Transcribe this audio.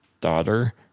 daughter